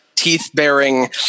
Teeth-bearing